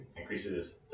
increases